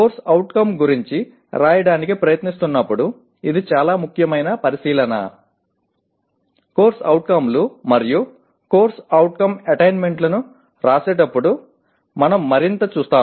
CO గురించి వ్రాయడానికి ప్రయత్నిస్తున్నప్పుడు ఇది చాలా ముఖ్యమైన పరిశీలన CO లు మరియు CO అట్టైన్మెంట్లను వ్రాసేటప్పుడు మనం మరింత చూస్తాము